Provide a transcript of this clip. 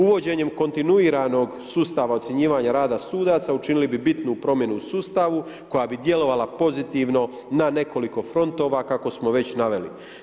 Uvođenjem kontinuiranog sustava ocjenjivanja rada sudaca, učinili bi bitnu promjenu u sustavu, koja bi djelovala pozitivno na nekoliko fontova kako smo već naveli.